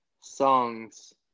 songs